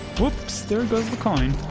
whoops. there goes the coin!